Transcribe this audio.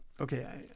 Okay